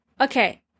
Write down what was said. Okay